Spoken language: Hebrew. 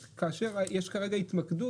החקלאות,